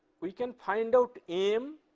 we can find out m.